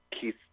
Keith